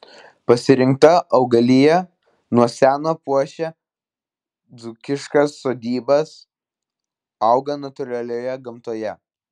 pasirinkta augalija nuo seno puošia dzūkiškas sodybas auga natūralioje gamtoje